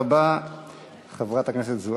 תודה רבה, חברת הכנסת זועבי.